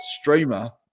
streamer